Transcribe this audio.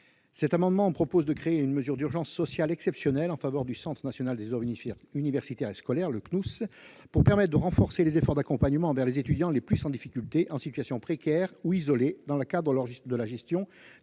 Cet amendement vise à instaurer une mesure d'urgence sociale exceptionnelle en faveur du Centre national des oeuvres universitaires et scolaires, le Cnous, pour lui permettre de renforcer ses efforts en matière d'accompagnement des étudiants les plus en difficulté, en situation précaire ou isolés, dans le cadre de l'épidémie